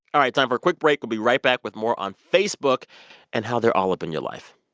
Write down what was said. all right, time for a quick break. we'll be right back with more on facebook and how they're all up in your life.